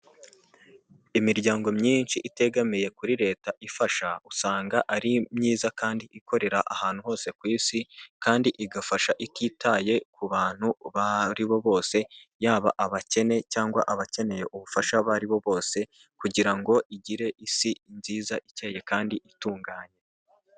Imiryango myinshi itegamiye kuri leta ifasha usanga ari myiza kandi ikorera ahantu hose ku isi kandi igafasha ititaye ku bantu abo aribo bose yaba abakene cyangwa abakeneye ubufasha abo aribo bose kugira ngo igire isi nziza ikeye kandi itunganye.